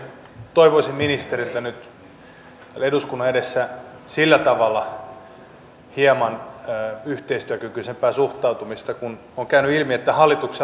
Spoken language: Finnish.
toivoisin ministeriltä nyt eduskunnan edessä sillä tavalla hieman yhteistyökykyisempää suhtautumista kun on käynyt ilmi että hallituksella on neljät luvut